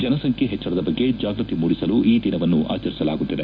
ಜನಸಂಖ್ಯೆ ಹೆಚ್ಚಳದ ಬಗ್ಗೆ ಜಾಗೃತಿ ಮೂಡಿಸಲು ಈ ದಿನವನ್ನು ಆಚರಿಸಲಾಗುತ್ತದೆ